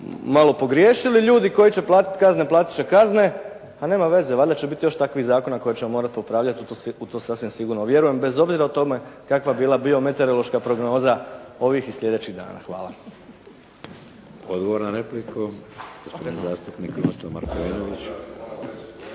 malo pogriješili. Ljudi koji će platiti kazne platit će kazne. A nema veze. Valjda će biti još takvih zakona koje ćemo morati popravljati. U to sasvim sigurno vjerujem bez obzira o tome kakva bila biometeorološka prognoza ovih i sljedećih dana. Hvala. **Šeks, Vladimir (HDZ)** Odgovor na repliku. Poštovani zastupnik Krunoslav Markovinović.